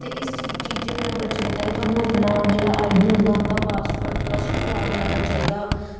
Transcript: ते इस चीजें ताईं बचने ताईं तुहानू अपना जेह्ड़ा आई डी मिलदा ओह्दा पासवर्ड थोह्ड़ा स्ट्रांग लाना चाहिदा